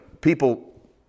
people